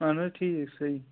اہن حَظ ٹھیٖک صحیع